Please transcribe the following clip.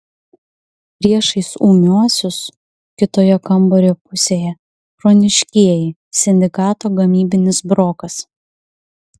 priešais ūmiuosius kitoje kambario pusėje chroniškieji sindikato gamybinis brokas